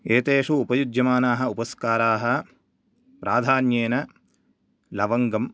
एतेषु उपयुज्यमानाः उपस्काराः प्राधान्येन लवङ्गम्